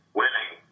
winning